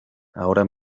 ahora